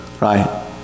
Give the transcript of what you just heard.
right